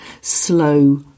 slow